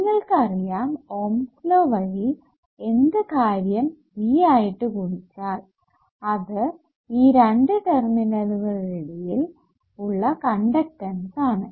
നിങ്ങൾക്ക് അറിയാം Ohm's law വഴി എന്ത് കാര്യം V ആയിട്ട് ഗുണിച്ചാൽ അത് ഈ രണ്ടു ടെർമിനലുകളുടെ ഇടയിൽ ഉള്ള കണ്ടക്ടൻസ് ആണ്